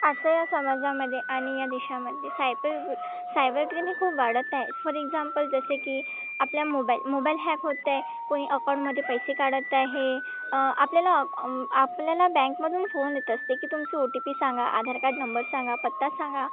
आजच्या या समाजामध्ये आणि या देशामध्ये सायपल सायबर क्रीम हे खूप वाढत आहे फॉर एक्झाम्पल जसे की आपल्या मोबाईल मोबाईल हॅक होतं आहे कोणी अकाऊंटमध्ये पैसे काढत आहे आपल्याला आपल्याला बँकमधून फोन येत असते की तुमचं ओ टी पी सांगा आधार कार्ड नंबर सांगा पत्ता सांगा